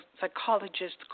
psychologist